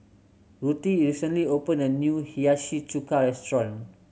Ruthie recently opened a new Hiyashi Chuka restaurant